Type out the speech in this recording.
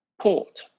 Port